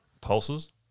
pulses